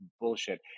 bullshit